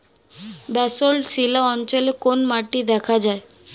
Basalt শিলা অঞ্চলে কোন মাটি দেখা যায়?